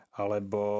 alebo